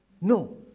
No